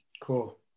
Cool